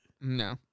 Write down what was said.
No